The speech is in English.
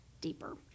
deeper